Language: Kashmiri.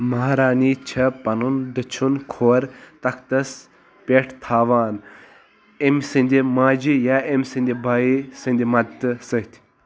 مہارٲنی چھےٚ پنُن دٔچھُن کھۄر تختس پیٚٹھ تھاوان، أمۍ سٕنٛزِ ماجہِ یا أمۍ سٕنٛدِ بٔے سٕنٛدِ مدتہٕ سۭتۍ